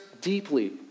deeply